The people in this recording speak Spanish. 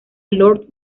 lord